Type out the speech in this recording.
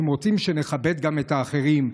אם רוצים שנכבד גם את האחרים,